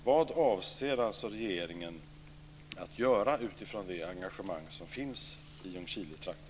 Vad avser regeringen att göra utifrån det engagemang som finns i Ljungskiletrakten?